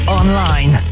online